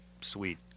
sweet